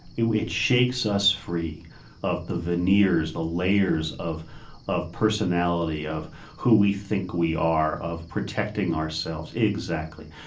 it it shakes us free of the veneers, the layers of of personality, of who we think we are, of protecting ourselves, exactly.